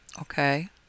Okay